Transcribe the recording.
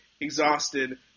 exhausted